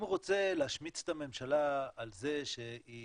אם הוא רוצה להשמיץ את הממשלה על זה שהיא